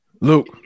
Luke